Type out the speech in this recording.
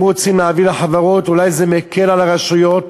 אם רוצים להעביר לחברות, אולי זה מקל על הרשויות,